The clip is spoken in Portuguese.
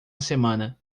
semana